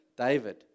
David